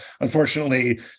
unfortunately